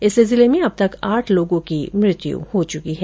इससे जिले में अब तक आठ लोगों की मृत्यु हो चुकी है